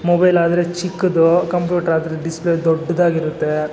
mobile ಆದರೆ ಚಿಕ್ಕದು computer ಆದರೆ ಡಿಸ್ಪ್ಲೇ ದೊಡ್ಡದಾಗಿರುತ್ತೆ